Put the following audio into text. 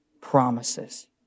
promises